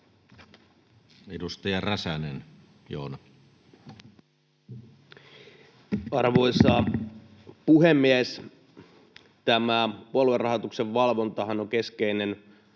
14:57 Content: Arvoisa puhemies! Tämä puoluerahoituksen valvontahan on keskeinen